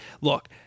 Look